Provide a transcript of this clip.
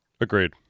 Agreed